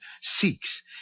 seeks